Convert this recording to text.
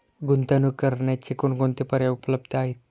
गुंतवणूक करण्याचे कोणकोणते पर्याय उपलब्ध आहेत?